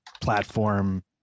platform